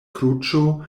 kruĉo